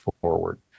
forward